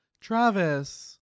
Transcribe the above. Travis